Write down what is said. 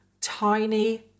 tiny